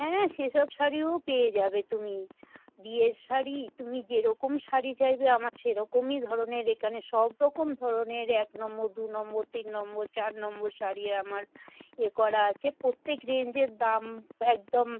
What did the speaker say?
হ্যাঁ সেসব শাড়িও পেয়ে যাবে তুমি বিয়ের শাড়ি তুমি যেরকম শাড়ি চাইবে আমার সেরকমই ধরনের এখানে সব রকম ধরনের এক নম্বর দু নম্বর তিন নম্বর চার নম্বর শাড়ি আমার এ করা আছে প্রত্যেক রেঞ্জের দাম একদম